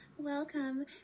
welcome